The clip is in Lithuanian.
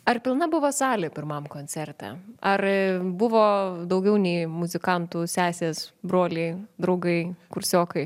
ar pilna buvo salė pirmam koncerte ar buvo daugiau nei muzikantų sesės broliai draugai kursiokai